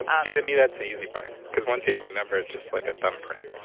see, to me, that's the easy part. cause once you have my number, it's just like a thumbprint,